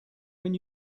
when